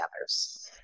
others